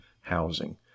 housing